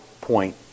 point